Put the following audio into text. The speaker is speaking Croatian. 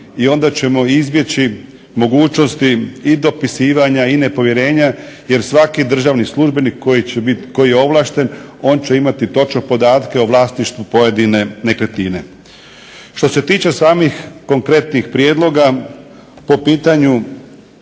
i onda ćemo izbjeći mogućnosti i dopisivanja i nepovjerenja. Jer svaki državni službenik koji je ovlašten on će imati točno podatke o vlasništvu pojedine nekretnine. Što se tiče samih konkretnih prijedloga po pitanju